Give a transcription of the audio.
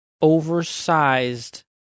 oversized